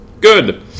good